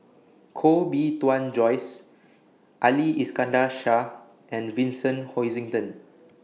Koh Bee Tuan Joyce Ali Iskandar Shah and Vincent Hoisington